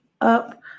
up